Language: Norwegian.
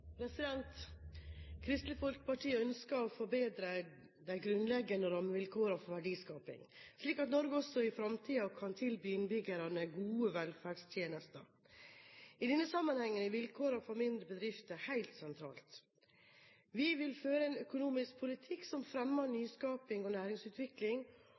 Kristelig Folkeparti ønsker å forbedre de grunnleggende rammevilkårene for verdiskaping, slik at Norge også i fremtiden kan tilby innbyggerne gode velferdstjenester. I denne sammenhengen er vilkårene for mindre bedrifter helt sentralt. Vi vil føre en økonomisk politikk som fremmer nyskaping og næringsutvikling,